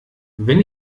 wenn